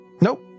Nope